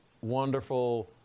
wonderful